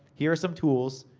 here are some tools,